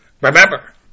Remember